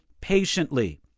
patiently